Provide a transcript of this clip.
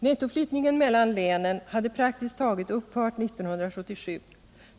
— Nettoflyttningen mellan länen hade praktiskt taget upphört 1977.